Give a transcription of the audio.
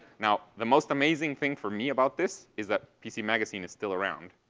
now, the most amazing thing for me about this is that pc magazine is still around.